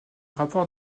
rapports